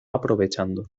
aprovechando